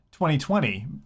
2020